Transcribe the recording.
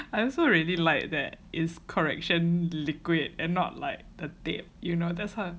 I also really like that is correction liquid and not like the tape you know that's !huh!